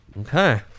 okay